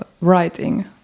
writing